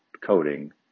coding